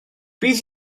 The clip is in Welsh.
bydd